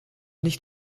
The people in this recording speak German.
nicht